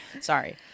sorry